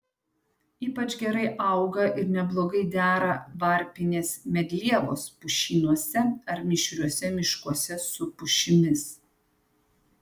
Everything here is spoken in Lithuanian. ypač gerai auga ir neblogai dera varpinės medlievos pušynuose ar mišriuose miškuose su pušimis